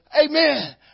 Amen